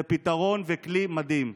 זה פתרון וכלי מדהים.